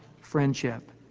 friendship